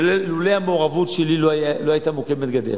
לולא המעורבות שלי לא היתה מוקמת גדר.